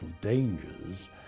dangers